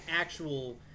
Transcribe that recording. actual